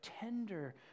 tender